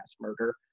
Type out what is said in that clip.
murder